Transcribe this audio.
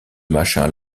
machin